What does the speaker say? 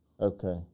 Okay